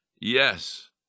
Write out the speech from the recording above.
yes